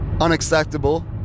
Unacceptable